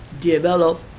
develop